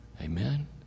Amen